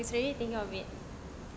he's already thinking of it